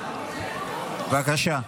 בבקשה.